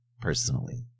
personally